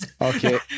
okay